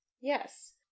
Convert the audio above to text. Yes